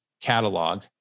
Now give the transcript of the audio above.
catalog